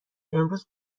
امروز